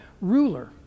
ruler